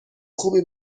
خوبی